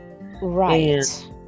right